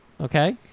okay